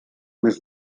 mes